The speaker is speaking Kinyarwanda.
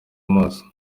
amaso